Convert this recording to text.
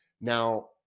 Now